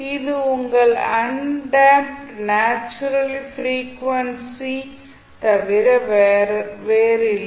இது உங்கள் undamped natural frequency தவிர வேறில்லை